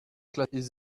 classic